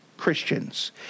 Christians